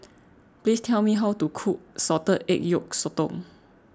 please tell me how to cook Salted Egg Yolk Sotong